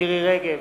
מירי רגב,